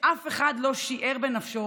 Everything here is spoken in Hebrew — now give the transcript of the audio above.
כשאף אחד לא שיער בנפשו